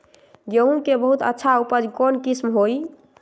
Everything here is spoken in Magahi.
गेंहू के बहुत अच्छा उपज कौन किस्म होई?